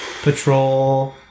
patrol